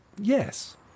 yes